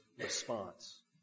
response